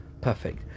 perfect